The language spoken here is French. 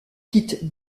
quitte